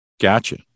Gotcha